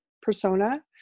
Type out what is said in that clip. persona